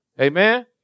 Amen